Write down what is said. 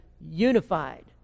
Unified